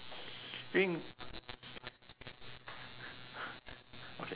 green